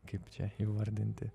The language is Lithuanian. kaip čia įvardinti